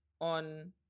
on